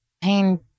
pain